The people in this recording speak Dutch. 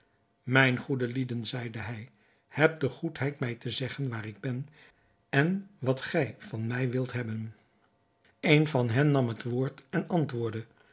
mijne goede lieden zeide hij hebt de goedheid mij te zeggen waar ik ben en wat gij van mij wilt hebben een uit hen nam het woord en antwoordde